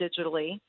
digitally